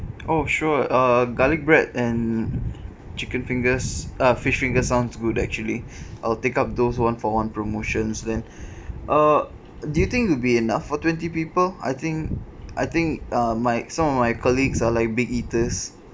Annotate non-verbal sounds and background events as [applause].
oh sure err garlic bread and chicken fingers uh fish finger sounds good actually [breath] I'll take up those one for one promotions then [breath] err do you think it would be enough for twenty people I think I think uh my some of my colleagues are like big eaters